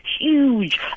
huge